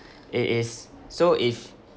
it is so if